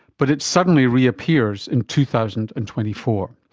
but it suddenly reappears in two thousand and twenty four.